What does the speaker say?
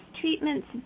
treatments